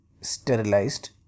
sterilized